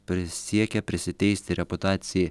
prisiekė prisiteisti reputacijai